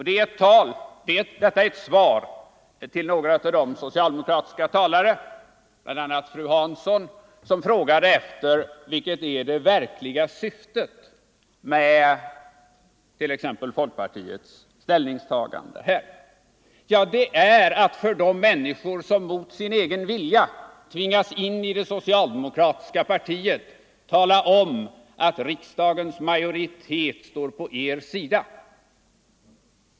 Det är ett svar till några av de socialdemokratiska talare, bl.a. fru Hansson, som frågade vilket det verkliga syftet är med t.ex. folkpartiets ställningstagande här. Det är att för de människor som mot sin egen vilja tvingats in i det socialdemokratiska partiet tala om att riksdagens majoritet står på deras sida.